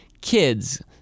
kids